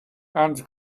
and